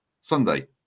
Sunday